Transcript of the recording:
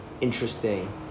interesting